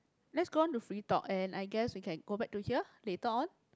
let's go on to free talk and I guess we can go back to here later on